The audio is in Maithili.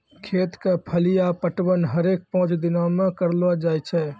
खेत क फलिया पटवन हरेक पांच दिनो म करलो जाय छै